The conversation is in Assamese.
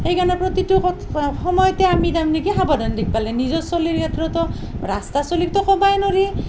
সেইকাৰণে প্ৰতিটো কথা সময়তে আমি তাৰ মানে কি সাৱধান থাকিব লাগে নিজৰ চলিৰ ক্ষেত্ৰটো ৰাস্তাৰ চলিকটো কবায়ে নৰি